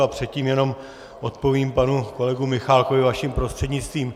A předtím jenom odpovím panu kolegovi Michálkovi vaším prostřednictvím.